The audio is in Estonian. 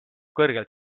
kõrgelt